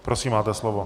Prosím, máte slovo.